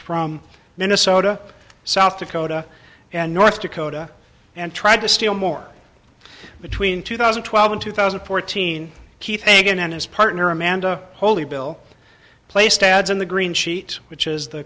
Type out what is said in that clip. from minnesota south dakota and north dakota and tried to steal more between two thousand and twelve and two thousand and fourteen keith eggen and his partner amanda holy bill placed ads in the green sheet which is the